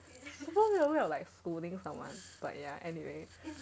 it's damn weird scolding someone but ya anyway